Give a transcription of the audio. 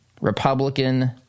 republican